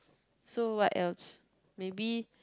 so what else maybe